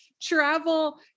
travel